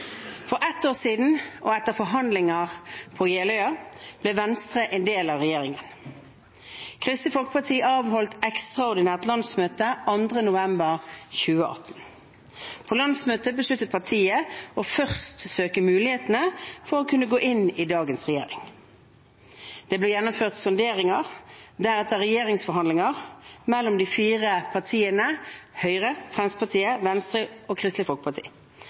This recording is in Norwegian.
For ett år siden, og etter forhandlinger på Jeløya, ble Venstre en del av regjeringen. Kristelig Folkeparti avholdt ekstraordinært landsmøte 2. november 2018. På landsmøtet besluttet partiet først å søke mulighetene for å kunne gå inn i dagens regjering. Det ble gjennomført sonderinger og deretter regjeringsforhandlinger mellom de fire partiene Høyre, Fremskrittspartiet, Venstre og Kristelig Folkeparti.